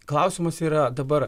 klausimas yra dabar